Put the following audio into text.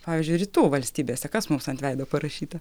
pavyzdžiui rytų valstybėse kas mums ant veido parašyta